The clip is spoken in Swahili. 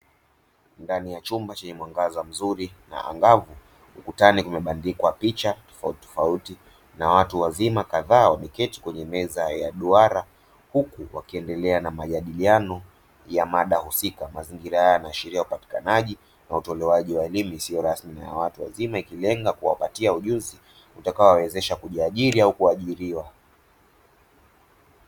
Ndani ya chumba chenye mwangaza mzuri na angavu, kuna picha tofauti tofauti zimebandikwa, na watu wazima kadhaa wameketi kwenye meza ya duara, wakiendelea na majadiliano ya mada husika; mazingira haya yanaashiria upatikanaji na utolewaji wa elimu isiyo rasmi kwa watu wazima, ikilenga kuwapatia ujuzi utakao wawezesha kujiajiri au kuajiriwa.